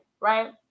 right